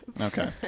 Okay